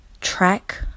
track